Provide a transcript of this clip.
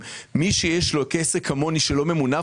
מי שיש לו עסק כמוני שלא ממונף,